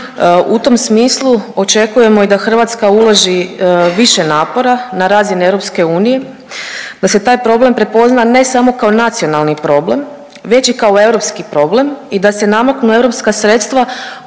U tom smislu očekujemo i da Hrvatska uloži više napora na razini EU, da se taj problem prepozna ne samo kao nacionalni problem već i kao europski problem i da se namaknu europska sredstva koja